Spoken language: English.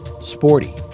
Sporty